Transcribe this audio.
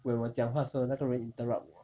when 我讲话的时候那个人 interrupt 我